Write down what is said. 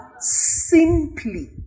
simply